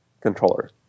controller